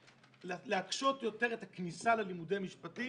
להקשות יותר את הכניסה ללימודי משפטים,